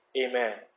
Amen